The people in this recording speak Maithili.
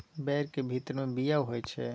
बैरक भीतर मे बीया होइ छै